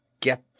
get